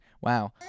wow